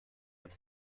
have